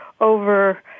over